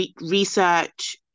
research